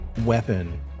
weapon